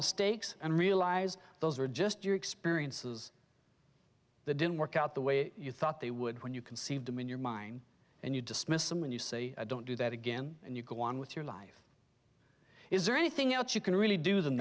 mistakes and realize those are just your experiences that didn't work out the way you thought they would when you conceived them in your mind and you dismiss them when you say don't do that again and you go on with your life is there anything else you can really do th